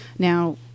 Now